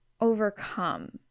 overcome